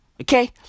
Okay